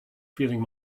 feeling